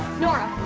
nora!